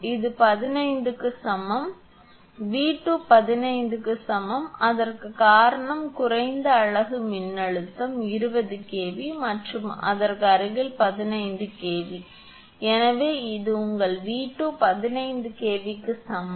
எனவே 15 க்கு சமம் ஏனெனில் 𝑉2 15 க்கு சமம் அதற்குக் காரணம் குறைந்த அலகு மின்னழுத்தம் 20 kV மற்றும் அதற்கு அருகில் 15 kV எனவே இது உங்கள் 𝑉2 15 kV க்கு சமம்